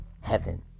heaven